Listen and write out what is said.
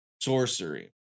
sorcery